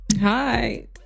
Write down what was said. Hi